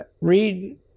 read